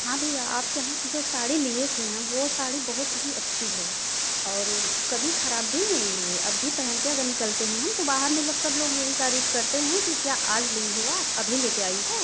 हाँ भैया आपके यहाँ से जो साड़ी लिये थे हम वह साड़ी बहुत ही अच्छी है और उ कभी खराब भी नहीं हुए अब भी पहन के अगर निकलते हैं हम तो बाहर मतलब सब लोग यही तारीफ़ करते हैं कि क्या आज ली हो आप अभी ले कर आई हो